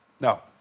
No